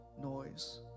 noise